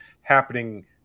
happening